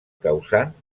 causant